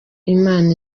imana